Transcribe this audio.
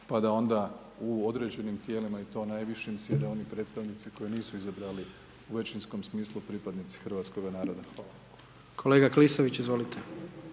pa da onda u određenim Tijelima i to najvišim, sijede oni predstavnici koje nisu izabrali, u većinskom smislu, pripadnici hrvatskoga naroda. Hvala. **Jandroković, Gordan